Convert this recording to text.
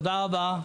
תודה רבה.